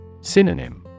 Synonym